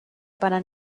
para